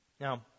Now